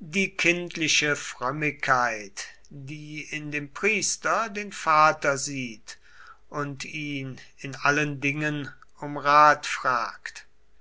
die kindliche frömmigkeit die in dem priester den vater sieht und ihn in allen dingen um rat fragt